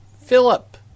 Philip